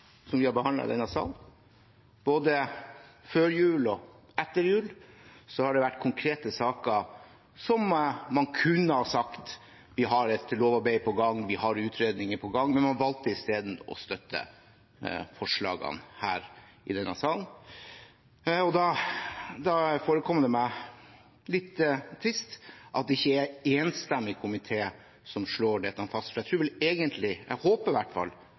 et lovarbeid på gang, vi har utredninger på gang, men man har isteden valgt å støtte forslagene her i salen. Da forekommer det meg litt trist at det ikke er en enstemmig komité som slår dette fast. Jeg tror – håper i hvert fall – at det egentlig er intensjonen. Jeg